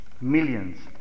millions